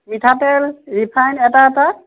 মিঠাতেল ৰিফাইন এটা এটা